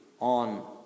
on